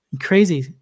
crazy